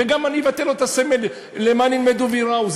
וגם אני אבטל לו את הסמל למען ילמדו וייראו.